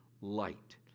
light